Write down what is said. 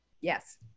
Yes